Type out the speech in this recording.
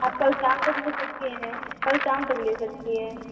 आप कल शाम को भी ले सकती हैं कल शाम तक भी ले सकती हैं